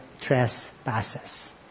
trespasses